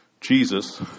Jesus